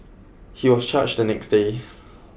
he was charged the next day